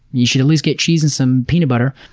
you should at least get cheese and some peanut butter.